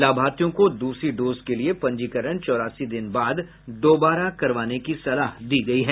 लाभार्थियों को दूसरी डोज के लिये पंजीकरण चौरासी दिन बाद दोबारा करवाने की सलाह दी गई है